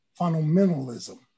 fundamentalism